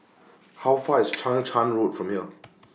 How Far IS Chang Charn Road from here